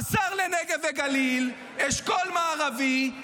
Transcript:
השר לנגב וגליל, אשכול מערבי.